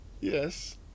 yes